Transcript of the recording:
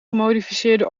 gemodificeerde